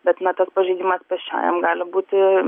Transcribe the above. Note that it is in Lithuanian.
bet na tas pažeidimas pėsčiajam gali būti